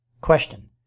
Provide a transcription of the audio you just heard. Question